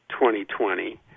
2020